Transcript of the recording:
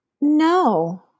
No